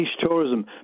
tourism